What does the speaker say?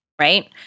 right